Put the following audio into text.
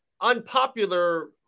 Unpopular